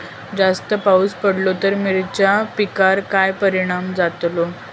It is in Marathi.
जास्त पाऊस पडलो तर मिरचीच्या पिकार काय परणाम जतालो?